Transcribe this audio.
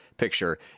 picture